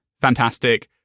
fantastic